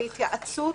להתייעצות,